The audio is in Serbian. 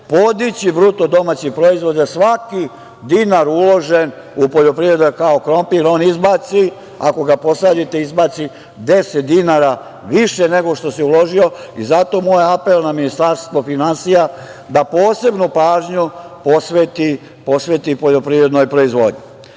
način će podići BDP. Svaki dinar uložen u poljoprivredu kao krompir on izbaci. Ako ga posejete, izbaci 10 dinara više nego što si uložio i zato moj apel na Ministarstvo finansija da posebnu pažnju posveti poljoprivrednoj proizvodnji. Šta